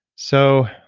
so,